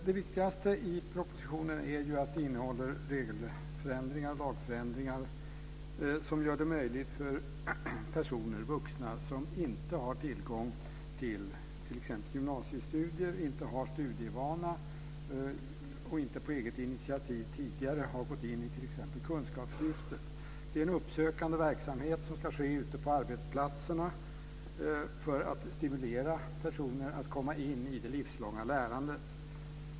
Det viktigaste i propositionen är ju att den innehåller regelförändringar och lagförändringar som gör det möjligt för vuxna som inte har tillgång till t.ex. gymnasiestudier, inte har studievana och inte på eget initiativ tidigare har gått in i t.ex. Kunskapslyftet att studera. Det är en uppsökande verksamhet som ska ske ute på arbetsplatserna för att stimulera personer att komma in i det livslånga lärandet.